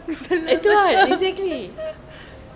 assalamualaikum